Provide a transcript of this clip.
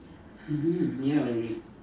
hmm hmm ya